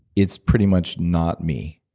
it's pretty much not me.